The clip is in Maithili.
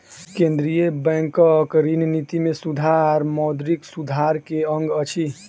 केंद्रीय बैंकक ऋण निति में सुधार मौद्रिक सुधार के अंग अछि